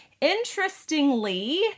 Interestingly